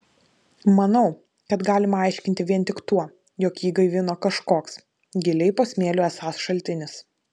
manau kad galima aiškinti vien tik tuo jog jį gaivino kažkoks giliai po smėliu esąs šaltinis